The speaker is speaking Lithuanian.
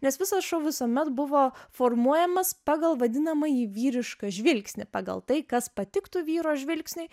nes visas šou visuomet buvo formuojamas pagal vadinamąjį vyrišką žvilgsnį pagal tai kas patiktų vyro žvilgsniui